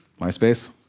MySpace